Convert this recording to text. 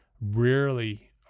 rarely